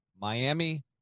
Miami